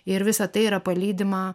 ir visa tai yra palydima